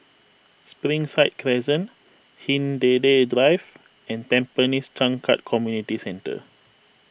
Springside Crescent Hindhede Drive and Tampines Changkat Community Centre